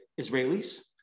Israelis